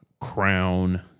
crown